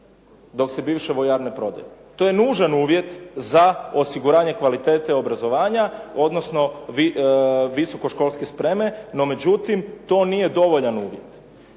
dok se bivše vojarne prodaju. To je nužan uvjet za osiguranje kvalitete obrazovanja, odnosno visokoškolske spreme, no međutim to nije dovoljan uvjet.